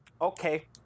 Okay